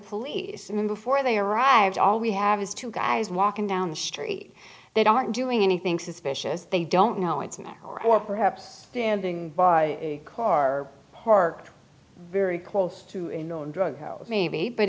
police and then before they arrived all we have is two guys walking down the street that aren't doing anything suspicious they don't know it's an hour or perhaps standing by a car parked very close to a known drug house maybe but